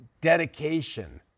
dedication